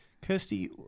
Kirsty